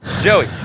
Joey